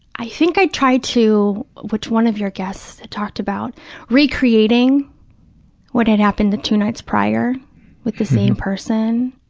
i think i tried to, which one of your guests had talked about re-creating what had happened the two nights prior with the same person,